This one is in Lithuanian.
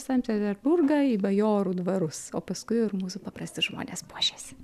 sankt peterburgą į bajorų dvarus o paskui jau ir mūsų paprasti žmonės puošėsi